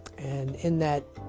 and in that